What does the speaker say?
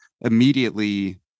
immediately